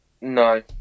No